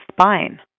spine